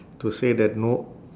to say that no